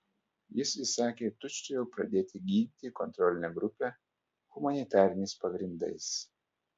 jis įsakė tučtuojau pradėti gydyti kontrolinę grupę humanitariniais pagrindais